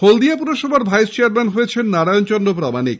হলদিয়া পুরসভার vice chairman হলেন নারায়ণ চন্দ্র প্রামানিক